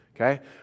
Okay